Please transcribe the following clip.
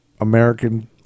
American